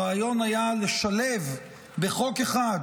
הרעיון היה לשלב בחוק אחד